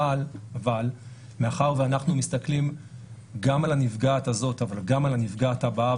אבל מאחר שאנחנו מסתכלים גם על הנפגעת הזאת אבל גם על הנפגעת הבאה,